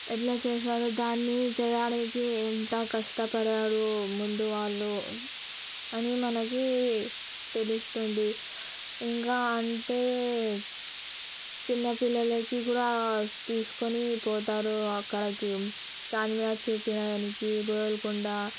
ఎట్లా చేశారు దాన్ని చేయడానికి ఎంత కష్టపడినారు ముందు వాళ్ళు అని మనకి తెలుస్తుంది ఇంకా అంటే చిన్నపిల్లలకి కూడా తీసుకొని పోతారు అక్కడికి చార్మినార్ చూపించడానికి గోల్కొండ